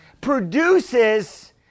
produces